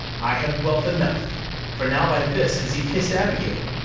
i have wealth enough for now by this has he kiss'd abigail,